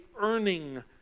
earning